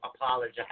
apologize